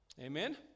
Amen